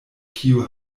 kiu